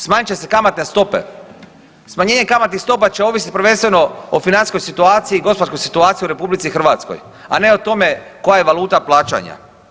Smanjit će se kamatne stope, smanjenje kamatnih stopa će ovisiti prvenstveno o financijskoj situaciji i gospodarskoj situaciji u RH, a ne o tome koja je valuta plaćanja.